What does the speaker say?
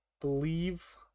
believe